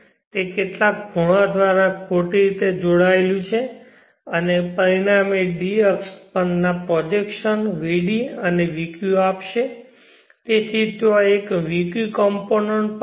તે કેટલાક ખૂણા દ્વારા ખોટી રીતે જોડાયેલું છે અને પરિણામે d અક્ષ પરના પ્રોજેક્શન vd અને vqઆપશે તેથી ત્યાં એક vq કમ્પોનન્ટ પણ છે